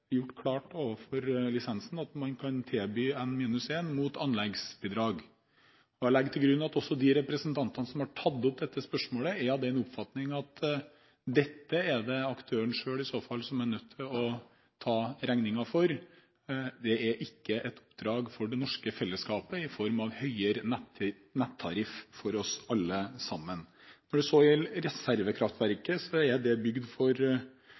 gjort klart overfor lisensen at man kan tilby N-1 mot anleggsbidrag. Jeg legger til grunn at også de representantene som har tatt opp dette spørsmålet, er av den oppfatning at det i så fall er aktøren selv som er nødt til å ta regningen for dette. Det er ikke et oppdrag for det norske fellesskapet i form av høyere nettariff for oss alle sammen. Når det så gjelder reservekraftverket, er det bygd for